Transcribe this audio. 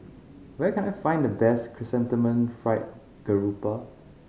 where can I find the best Chrysanthemum Fried Grouper